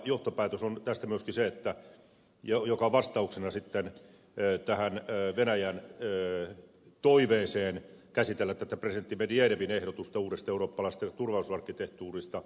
johtopäätös tästä on myöskin se joka on vastauksena tähän venäjän toiveeseen käsitellä presidentti medvedevin ehdotusta uudesta eurooppalaisesta turvallisuusarkkitehtuurista